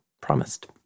promised